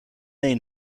een